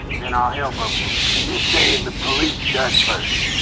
then all hell broke loose. so you're saying the police shot first?